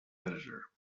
editor